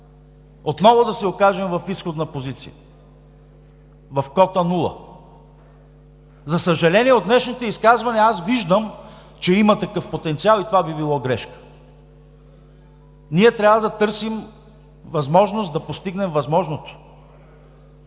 отново да се окажем в изходна позиция на кота нула. За съжаление, от днешните изказвания аз виждам, че има такъв потенциал и това би било грешка. Ние трябва да търсим възможност да постигнем възможното.